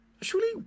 surely